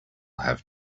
have